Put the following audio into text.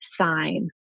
sign